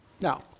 Now